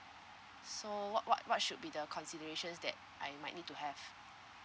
so what what what should be the considerations that I might need to have